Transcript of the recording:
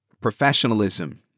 professionalism